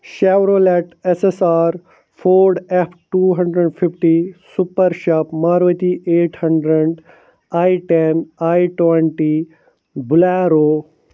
charlotte S S R ford F two hundred fifty super shop Maruti eight hundred I ten I twenty bolero